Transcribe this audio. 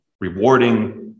rewarding